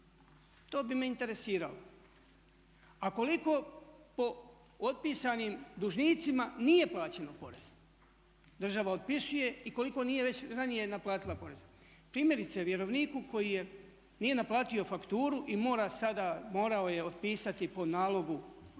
To bi me interesiralo. A koliko po otpisanim dužnicima nije plaćeno poreza? Država otpisuje i koliko nije već ranije naplatila poreza. Primjerice, vjerovniku koji je, nije naplatio fakturu i mora sada, morao je otpisati po nalogu